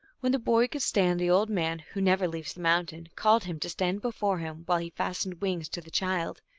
when the boy could stand, the old man, who never leaves the mountain, called him to stand before him, while he fastened wings to the child.